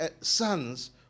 sons